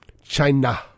China